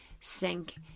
sink